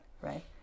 right